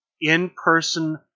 in-person